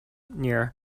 near